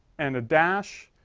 and a dash,